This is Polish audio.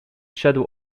szedł